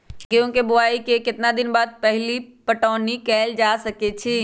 गेंहू के बोआई के केतना दिन बाद पहिला पटौनी कैल जा सकैछि?